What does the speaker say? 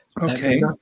Okay